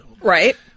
Right